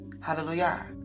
Hallelujah